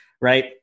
Right